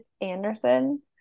anderson